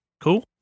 Cool